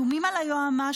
האיומים על היועמ"שים,